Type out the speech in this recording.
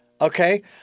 okay